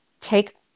take